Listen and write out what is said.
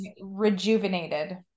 rejuvenated